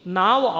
now